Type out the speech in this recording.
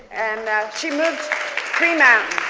and she moved three mountains.